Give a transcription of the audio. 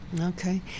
Okay